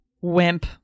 wimp